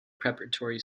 preparatory